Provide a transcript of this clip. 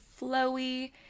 flowy